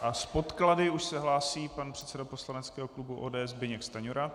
A s podklady už se hlásí pan předseda poslaneckého klubu ODS Zbyněk Stanjura.